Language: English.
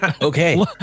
Okay